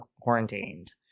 quarantined